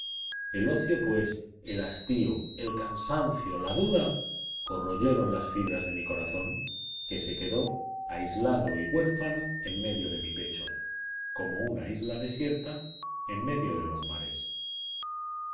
el ocio pues el hastío el cansancio la duda corroyeron las fibras de mi corazón que se quedó aislado y huérfano en medio de mi pecho como una isla desierta en medio de los mares